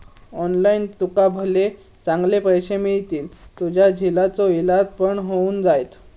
online तुका भले चांगले पैशे मिळतील, तुझ्या झिलाचो इलाज पण होऊन जायत